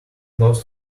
lost